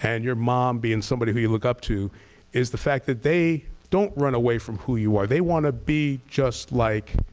and your mom being somebody who you look up to is the fact that they don't run away from who you are. they want to be just like